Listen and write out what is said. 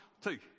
two